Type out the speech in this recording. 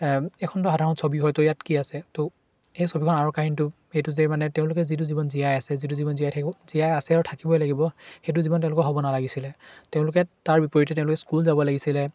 এইখনটো সাধাৰণ ছবি হয় তো ইয়াত কি আছে তো এই ছবিখনৰ আঁৰৰ কাহিনীটো এইটো যে মানে তেওঁলোকে যিটো জীৱন জীয়াই আছে যিটো জীৱন জীয়াই থাকিব জীয়াই আছে আৰু থাকিবই লাগিব সেইটো জীৱন তেওঁলোকৰ হ'ব নালাগিছিলে তেওঁলোকে তাৰ বিপৰীতে তেওঁলোকে স্কুল যাব লাগিছিলে